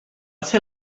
ser